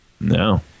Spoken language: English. No